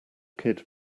kid